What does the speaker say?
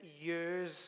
years